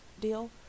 deal